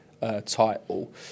Title